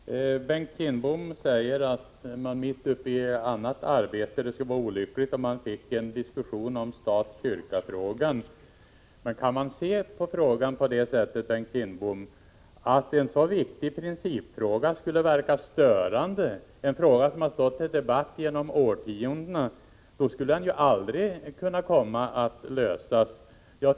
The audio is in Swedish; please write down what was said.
Fru talman! Bengt Kindbom säger att det skulle vara olyckligt om man mitt uppe i annat arbete fick en diskussion om stat-kyrka-frågan. Kan man se på frågan på ett sådant sätt, Bengt Kindbom? Skulle en så viktig fråga kunna verka störande, en fråga som har stått under debatt genom årtionden! Då skulle den aldrig kunna komma att lösas.